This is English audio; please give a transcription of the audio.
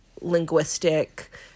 linguistic